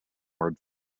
word